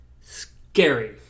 scary